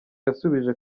yasubije